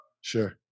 sure